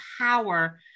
power